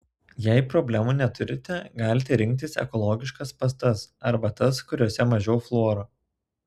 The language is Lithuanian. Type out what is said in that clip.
jei problemų neturite galite rinktis ekologiškas pastas arba tas kuriose mažiau fluoro